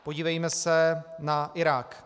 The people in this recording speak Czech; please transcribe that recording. Podívejme se na Irák.